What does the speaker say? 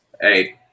Hey